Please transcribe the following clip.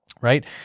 right